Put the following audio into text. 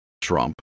Trump